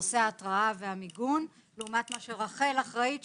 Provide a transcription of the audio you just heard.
נושא ההתרעה והמיגון לבין מה שרח"ל אחראית עליו,